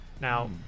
now